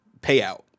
payout